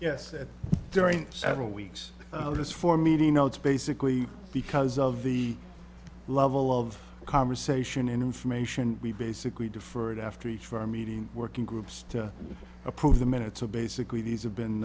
that during several weeks of this for me to you know it's basically because of the level of conversation and information we basically deferred after each for our meeting working groups to approve the minutes of basically these have